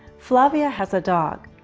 flavia has a dog.